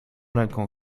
ręką